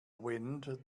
wind